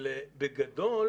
בגדול